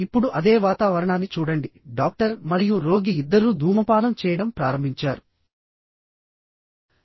ఇప్పుడు అదే వాతావరణాన్ని చూడండి డాక్టర్ మరియు రోగి ఇద్దరూ ధూమపానం చేయడం ప్రారంభించారు